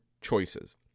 choices